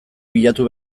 bilatu